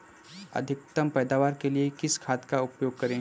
अधिकतम पैदावार के लिए किस खाद का उपयोग करें?